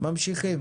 ממשיכים.